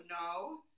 no